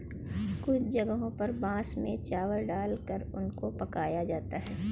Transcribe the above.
कुछ जगहों पर बांस में चावल डालकर उनको पकाया जाता है